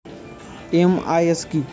MIS কি?